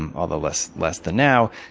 and although less less than now,